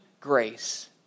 grace